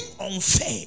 unfair